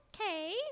Okay